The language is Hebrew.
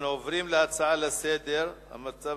אנחנו עוברים להצעה לסדר-היום בנושא: המצב